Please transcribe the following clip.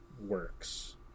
works